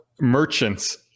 merchants